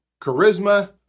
charisma